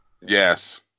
Yes